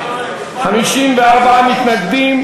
קבוצת סיעת רע"ם-תע"ל-מד"ע,